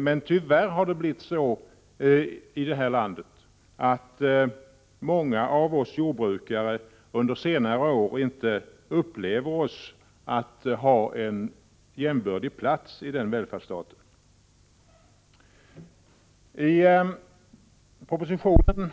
Men tyvärr har det blivit så i det här landet att många av oss jordbrukare under senare år inte upplevt oss ha en jämbördig plats i denna välfärdsstat. I propositionen